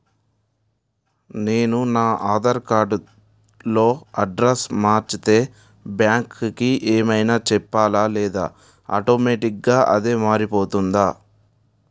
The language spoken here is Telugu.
నేను నా ఆధార్ కార్డ్ లో అడ్రెస్స్ మార్చితే బ్యాంక్ కి ఏమైనా చెప్పాలా లేదా ఆటోమేటిక్గా అదే మారిపోతుందా?